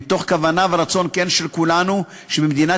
מתוך כוונה ורצון כן של כולנו שבמדינת